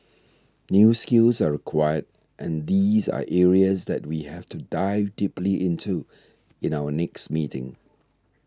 new skills are required and these are areas that we have to dive deeply into in our next meeting